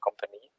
company